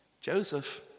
Joseph